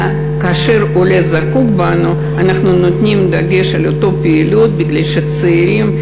כאשר עולה זקוק לנו אנחנו נותנים דגש על אותה פעילות מפני שצעירים,